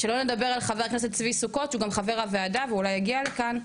שלא נדבר על חבר הכנסת צבי סוכות שהוא גם חבר הוועדה ואולי יגיע לכאן,